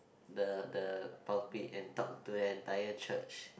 the the pulpit and talk to entire church